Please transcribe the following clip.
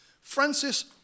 Francis